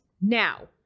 now